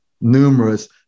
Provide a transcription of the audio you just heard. numerous